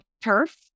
turf